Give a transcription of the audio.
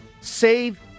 Save